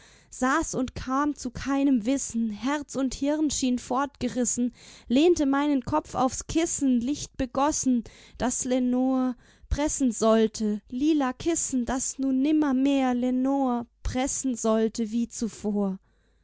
saß und kam zu keinem wissen herz und hirn schien fortgerissen lehnte meinen kopf aufs kissen lichtbegossen das lenor pressen sollte lila kissen das nun nimmermehr lenor pressen sollte wie zuvor